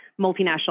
multinational